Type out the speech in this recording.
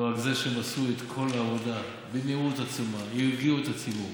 לא רק זה שהם עשו את כל העבודה במהירות עצומה והרגיעו את הציבור,